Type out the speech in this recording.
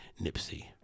Nipsey